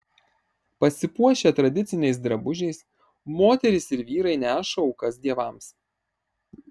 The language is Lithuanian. pasipuošę tradiciniais drabužiais moterys ir vyrai neša aukas dievams